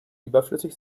überflüssig